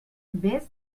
vés